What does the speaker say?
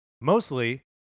mostly